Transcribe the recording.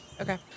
Okay